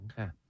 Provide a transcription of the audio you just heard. Okay